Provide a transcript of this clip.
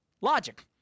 Logic